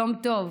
יום טוב,